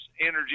energy